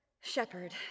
Shepherd